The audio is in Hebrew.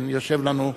כן, יושב אצלנו,